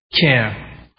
care